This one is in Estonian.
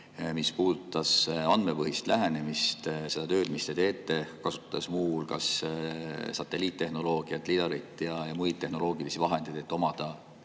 mis puudutas andmepõhist lähenemist, seda tööd, mis te teete, kasutades muu hulgas satelliittehnoloogiat, lidarit ja muid tehnoloogilisi vahendeid, et omada